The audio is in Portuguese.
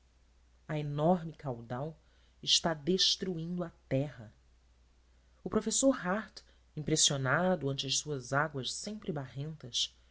a enorme caudal está destruindo a terra o professor hartt impressionado ante as suas águas sempre barrentas